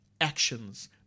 actions